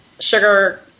sugar